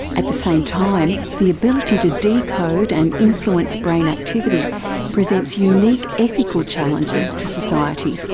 at the same time, the ability to decode and influence brain activity presents unique ethical challenges to society.